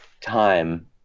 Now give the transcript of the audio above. time